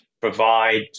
provide